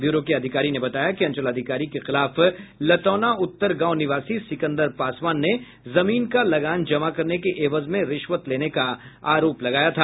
bureau के अधिकारी ने बताया कि अंचलाधिकारी के खिलाफ लतौना उत्तर गांव निवासी सिकंदर पासवान ने जमीन का लगान जमा करने के एवज में रिश्वत लेने का आरोप लगाया था